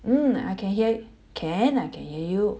mm I can hear it can I can hear you